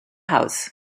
house